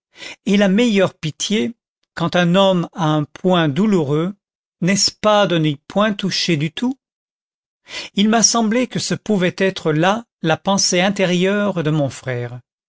et la meilleure pitié quand un homme a un point douloureux n'est-ce pas de n'y point toucher du tout il m'a semblé que ce pouvait être là la pensée intérieure de mon frère